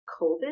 COVID